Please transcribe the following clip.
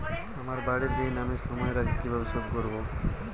আমার বাড়ীর ঋণ আমি সময়ের আগেই কিভাবে শোধ করবো?